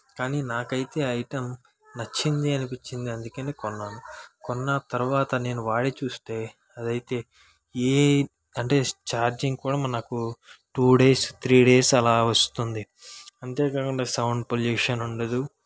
కాని నాకు అయితే ఆ ఐటెం నచ్చింది అనిపించింది అందుకు అనే కొన్నాను కొన్నా తర్వాత నేను వాడి చూస్తే అది అయితే ఏ అంటే చార్జింగ్ కూడా మనకు టూ డేస్ త్రీ డేస్ అలా వస్తుంది అంతే కాకుండా సౌండ్ పొల్యూషన్ ఉండదు